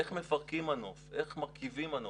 איך מפרקים מנוף, איך מרכיבים מנוף.